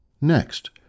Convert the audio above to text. Next